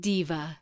Diva